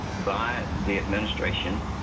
by the administration